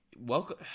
welcome